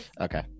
Okay